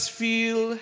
feel